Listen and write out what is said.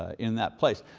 in that place.